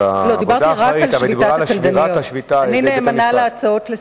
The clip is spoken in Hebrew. העבודה אלא על שבירת השביתה על-ידי בית-המשפט.